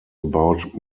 about